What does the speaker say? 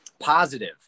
positive